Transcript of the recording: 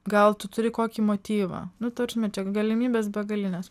gal tu turi kokį motyvą nu ta prasme čia galimybės begalinės